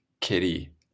kitty